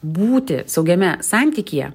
būti saugiame santykyje